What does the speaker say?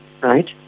right